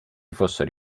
fossero